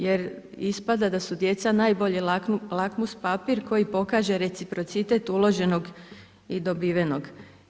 Jer ispada da su djeca najbolji lakmus papir koji pokaže reciprocitet uloženog i dobivenog.